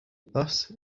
thus